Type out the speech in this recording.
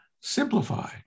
simplify